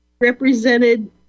Represented